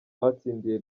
batsindiye